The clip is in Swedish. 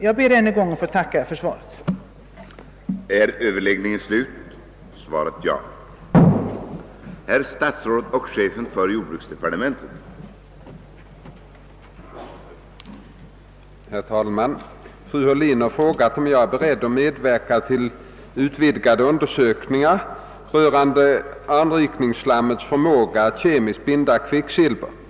"Jag ber än en gång att få tacka för svaret på min interpellation.